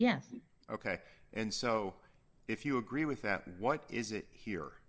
yes ok and so if you agree with that what is it here